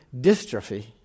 dystrophy